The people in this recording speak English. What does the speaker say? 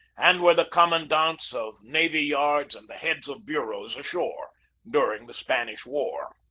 and were the com mandants of navy-yards and the heads of bureaus ashore during the spanish war.